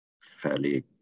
fairly